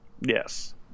Yes